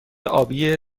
آبی